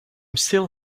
still